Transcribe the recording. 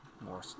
more